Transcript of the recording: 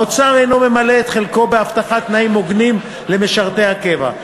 האוצר אינו ממלא את חלקו בהבטחת תנאים הוגנים למשרתי הקבע.